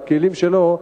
בכלים שלו,